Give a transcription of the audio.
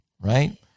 right